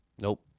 Nope